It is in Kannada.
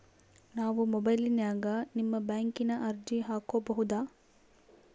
ನಾವು ಮೊಬೈಲಿನ್ಯಾಗ ನಿಮ್ಮ ಬ್ಯಾಂಕಿನ ಅರ್ಜಿ ಹಾಕೊಬಹುದಾ?